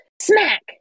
smack